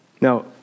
Now